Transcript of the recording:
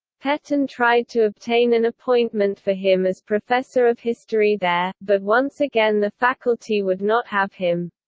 petain tried to obtain an appointment for him as professor of history there, but once again the faculty would not have him.